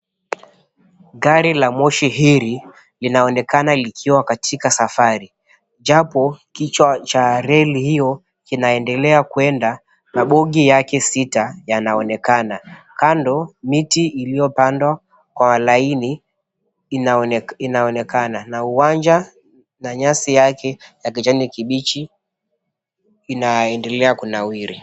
Gari la moshi hili linaonekana likiwa katika safari. Japo kichwa cha reli hiyo kinaendelea kuenda na bogi yake sita yanaonekana. Kando, miti iliyopandwa kwa laini inaonekana na uwanja na nyasi yake kijani kibichi, inaendelea kunawiri.